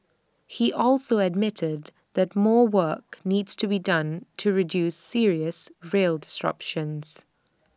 he also admitted that more work needs to be done to reduce serious rail disruptions